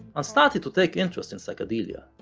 and started to take interest in psychedelia.